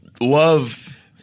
love